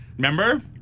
Remember